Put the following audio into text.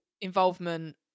involvement